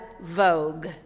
Vogue